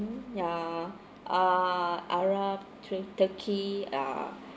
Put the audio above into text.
yeah ah arab twen~ turkey ah